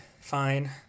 fine